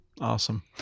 Awesome